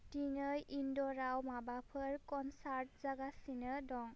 दिनै इनडराव माबाफोर कनचार्ट जागासिनो दं